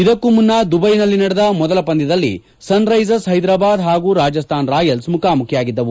ಇದಕ್ಕೂ ಮುನ್ನ ದುಬೈನಲ್ಲಿ ನಡೆದ ಮೊದಲ ಪಂದ್ಯದಲ್ಲಿ ಸನ್ ರೈಸರ್ಸ ಹೈದರಾಬಾದ್ ಹಾಗು ರಾಜಸ್ತಾನ್ ರಾಯಲ್ಸ್ ಮುಖಾಮುಖಿಯಾಗಿದ್ದವು